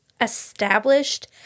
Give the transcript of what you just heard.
established